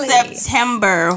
September